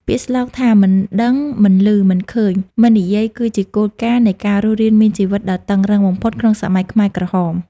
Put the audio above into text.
ពាក្យស្លោកថា មិនដឹង មិនឮ មិនឃើញ មិននិយាយគឺជាគោលការណ៍នៃការរស់រានមានជីវិតដ៏តឹងរ៉ឹងបំផុតក្នុងសម័យខ្មែរក្រហម។